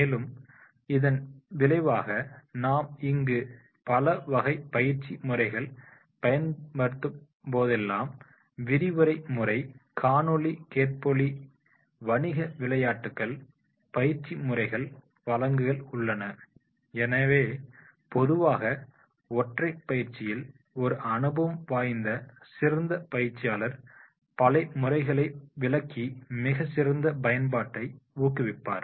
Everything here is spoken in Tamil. மேலும் இதன் விளைவாக நாம் இங்கு பலவகைபயிற்சி முறைகள் பயன்படுத்தப்படும்போதெல்லாம் விரிவுரை முறை காணொளி கேட்பொலி வணிக விளையாட்டுக்கள் பயிற்சி முறைகள் வழக்குகள் உள்ளன எனவே பொதுவாக ஒற்றை பயிற்சியில் ஒரு அனுபவம் வாய்ந்த சிறந்த பயிற்சியாளர் பல முறைகளை விளக்கி மிகச்சிறந்த பயன்பாட்டை ஊக்குவிப்பார்